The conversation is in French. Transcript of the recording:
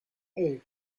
hey